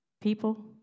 People